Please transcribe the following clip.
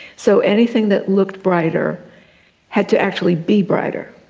so anything that looked brighter had to actually be brighter,